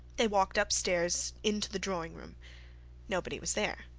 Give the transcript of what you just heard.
they walked up stairs in to the drawing-room nobody was there.